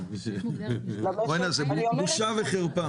זאת בושה וחרפה.